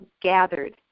gathered